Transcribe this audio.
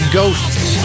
ghosts